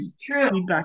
true